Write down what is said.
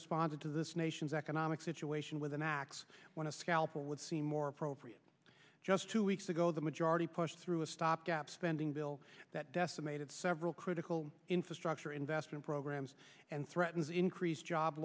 responded to this nation's economic situation with an axe when a scalpel would seem more appropriate just two weeks ago the majority pushed through a stopgap spending bill that decimated several critical infrastructure investment programs and threatens increase job